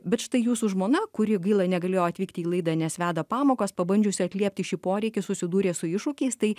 bet štai jūsų žmona kuri gaila negalėjo atvykti į laidą nes veda pamokas pabandžiusi atliepti šį poreikį susidūrė su iššūkiais tai